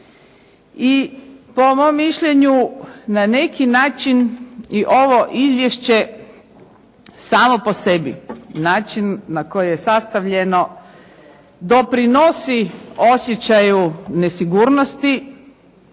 i po mom mišljenju na neki način i ovo izvješće samo po sebi, način na koje je sastavljeno doprinosi osjećaju nesigurnosti,